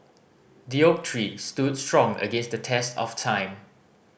the oak tree stood strong against the test of time